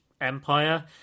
Empire